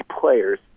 players